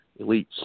elites